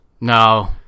No